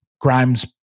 Grimes